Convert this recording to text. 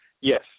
Yes